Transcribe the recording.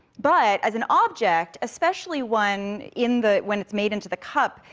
but, as an object, especially one in the, when it's made into the cup,